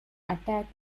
attack